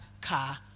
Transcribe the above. car